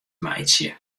meitsje